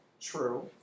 True